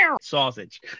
sausage